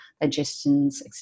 digestions